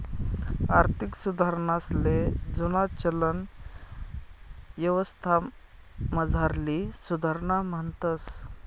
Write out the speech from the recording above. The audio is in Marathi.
आर्थिक सुधारणासले जुना चलन यवस्थामझारली सुधारणा म्हणतंस